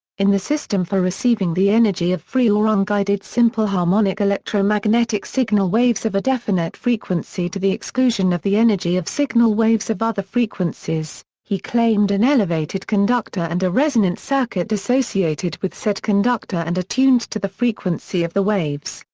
in the system for receiving the energy of free or unguided simple harmonic electromagnetic signal waves of a definite frequency to the exclusion of the energy of signal waves of other frequencies, he claimed an elevated conductor and a resonant circuit associated with said conductor and attuned to the frequency frequency of the waves,